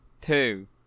two